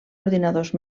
ordinadors